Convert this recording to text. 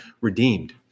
redeemed